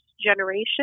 generation